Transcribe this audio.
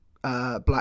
Black